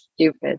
stupid